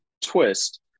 twist